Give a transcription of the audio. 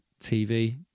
TV